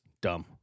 dumb